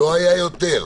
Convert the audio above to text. לא היו יותר,